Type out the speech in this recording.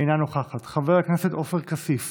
אינה נוכחת, חבר הכנסת עפר כסיף,